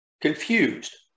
confused